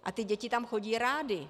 A ty děti tam chodí rády.